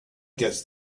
guess